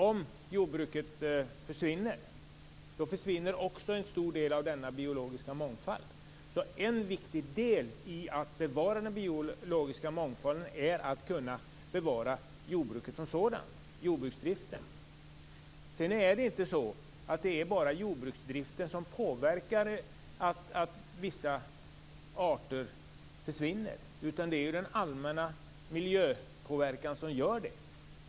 Om jordbruket försvinner, försvinner också en stor del av denna biologiska mångfald. En viktig del i att bevara den biologiska mångfalden är alltså att kunna bevara jordbruksdriften som sådan. Det är vidare inte bara jordbruksdriften som inverkar så att vissa arter försvinner, utan till detta bidrar också en allmän miljöpåverkan.